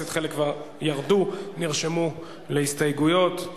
עצמם והן לתופעות של תמיכה בארגוני טרור על-ידי העברת כספים,